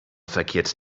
verkehrt